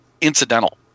incidental